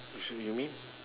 so you mean